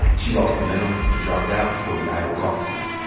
she lost momentum and dropped out before the iowa caucuses.